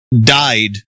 died